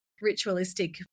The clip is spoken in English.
ritualistic